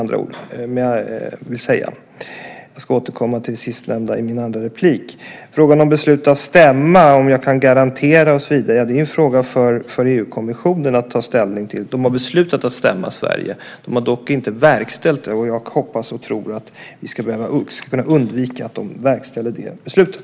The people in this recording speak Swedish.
Jag ska återkomma till det sistnämnda i min andra replik. Sedan var det en fråga om beslut om stämning, vilka garantier jag kan ge och så vidare. Det är en fråga för EU-kommissionen att ta ställning till. Man har beslutat att stämma Sverige, men man har dock inte verkställt beslutet. Jag hoppas och tror att vi ska undvika att man verkställer beslutet.